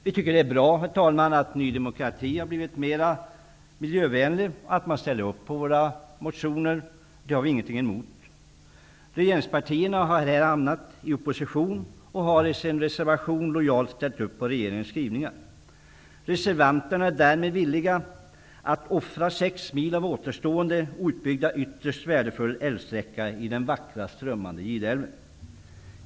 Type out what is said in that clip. Vi tycker, herr talman, att det är bra att Ny demokrati har blivit mer miljövänligt och att man ställer sig bakom våra motioner. Det har vi ingenting emot. Regeringspartierna har här hamnat i opposition, och de har i sin reservation lojalt ställt upp på regeringens skrivningar. Reservanterna är därmed villiga att offra 6 mil återstående outbyggd och ytterst värdefull älvsträcka i den vackra strömmande Gideälven.